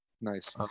nice